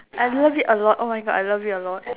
I love it a lot oh my god I love it a lot